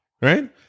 right